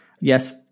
Yes